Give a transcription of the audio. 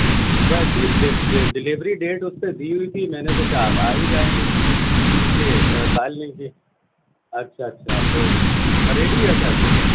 میں اکچولی ڈل delivery date اس پہ دی ہوئی تھی میں نے سوچا آپ آ ہی جائیں گے اس لیے کال نہیں کی اچھا اچھا تو ریڈی ہے سر